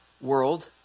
world